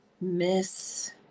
Miss